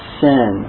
sin